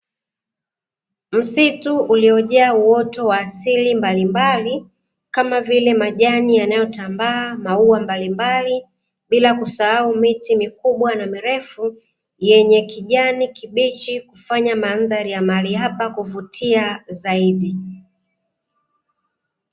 Msitu ulijaa uoto wa asili mbaimbali kama vilke majani yanayotambaa maua mbalimbali bila kusahau miti mikubwa na mirefu yenye kijani kibichi kufanya mandhari ya mahali hapa kuvutia zaidi.